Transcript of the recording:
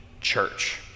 church